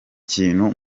kintu